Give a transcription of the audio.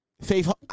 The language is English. Faith